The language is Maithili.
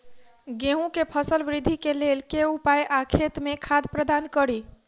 गेंहूँ केँ फसल वृद्धि केँ लेल केँ उपाय आ खेत मे खाद प्रदान कड़ी?